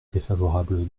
défavorable